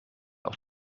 auch